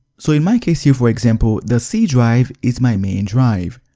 so in my case here for example, the c drive is my main drive.